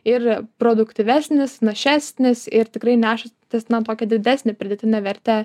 ir produktyvesnis našesnis ir tikrai nešantis na tokią didesnę pridėtinę vertę